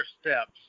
steps